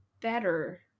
better